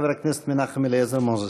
חבר הכנסת מנחם אליעזר מוזס.